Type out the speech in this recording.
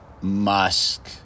Musk